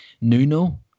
Nuno